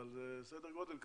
אבל זה סדר גודל כזה.